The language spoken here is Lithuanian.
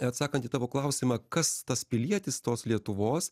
atsakant į tavo klausimą kas tas pilietis tos lietuvos